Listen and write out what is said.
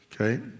okay